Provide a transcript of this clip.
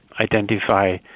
identify